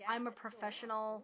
I'm-a-professional